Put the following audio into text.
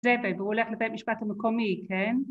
זהו והוא הולך לבית המשפט המקומי, כן?